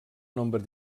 nombre